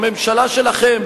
הממשלה שלכם,